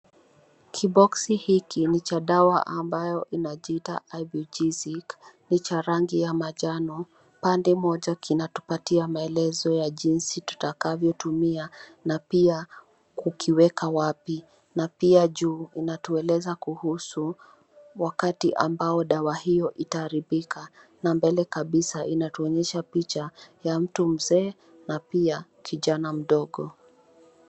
Kiboksi hiki ni cha dawa ambayo inajiita Ibugesic. Ni cha rangi ya manjano. Pande moja kinatupatia maelezo ya jinsi tutakavyotumia na pia kukiweka wapi. Na pia juu inatueleza kuhusu wakati ambao dawa hiyo itaharibika, na mbele kabisa inatuonyesha picha ya mtu mzee na pia kijana mdogo.